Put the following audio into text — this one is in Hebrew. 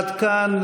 עד כאן.